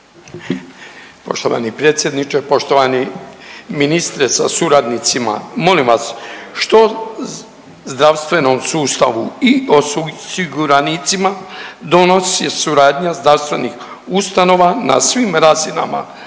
Poštovani predsjedniče, poštovani ministre sa suradnicima. Molim vas, što zdravstvenom sustavu i osiguranicima donosi suradnja zdravstvenih ustanova na svim razinama